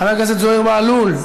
חבר הכנסת זוהיר בהלול,